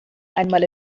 einmal